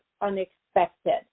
unexpected